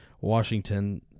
Washington